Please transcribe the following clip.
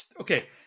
okay